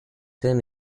then